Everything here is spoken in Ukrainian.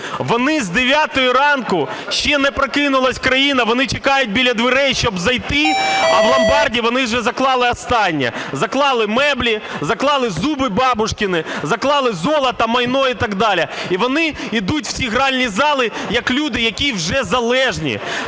Вони з дев'ятої ранку, ще не прокинулась країна – вони чекають біля дверей, щоб зайти. А в ломбарді вони вже заклали останнє: заклали меблі, заклали зуби бабушкины і, заклали золото, майно і так далі. І вони йдуть у ці гральні зали як люди, які вже залежні.